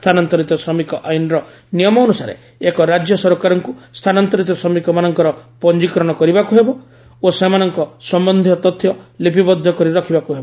ସ୍ଥାନାନ୍ତରିତ ଶ୍ରମିକ ଆଇନ୍ର ନିୟମ ଅନୁସାରେ ଏକ ରାଜ୍ୟ ସରକାରଙ୍କୁ ସ୍ଥାନାନ୍ତରିତ ଶ୍ରମିକମାନଙ୍କର ପଞ୍ଜିକରଣ କରିବାକୁ ହେବ ଓ ସେମାନଙ୍କ ସମ୍ଭନ୍ଧୀୟ ତଥ୍ୟ ଲିପିବଦ୍ଧ କରି ରଖିବାକୁ ହେବ